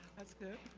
that's good.